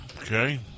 okay